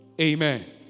Amen